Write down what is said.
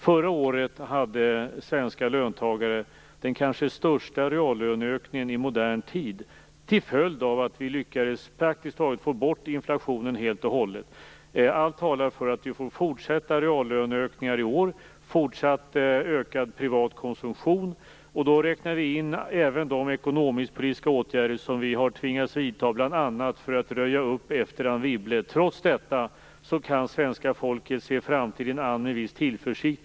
Förra året hade svenska löntagare den kanske största reallöneökningen i modern tid till följd av att vi lyckades praktiskt taget få bort inflationen helt och hållet. Allt talar för att vi får fortsatta reallöneökningar i år och fortsatt ökad privat konsumtion. Då räknar vi in även de ekonomiskpolitiska åtgärder som vi har tvingats vidta bl.a. för att röja upp efter Anne Wibble. Trots detta kan svenska folket se framtiden an med viss tillförsikt.